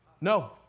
no